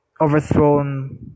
overthrown